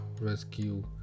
rescue